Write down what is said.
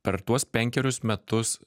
per tuos penkerius metus